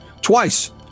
twice